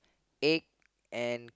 egg and